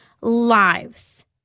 lives